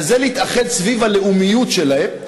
וזה להתאחד סביב הלאומיות שלהם,